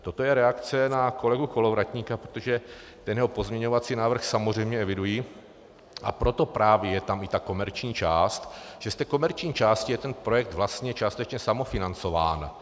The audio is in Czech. Toto je reakce na kolegu Kolovratníka, protože jeho pozměňovací návrh samozřejmě eviduji, a proto právě je tam i ta komerční část, protože z té komerční části je ten projekt vlastně částečně samofinancován.